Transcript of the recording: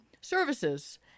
services